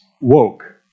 woke